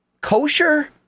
kosher